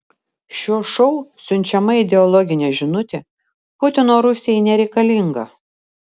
šio šou siunčiama ideologinė žinutė putino rusijai nereikalinga